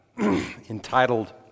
entitled